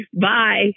Bye